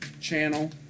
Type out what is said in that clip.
channel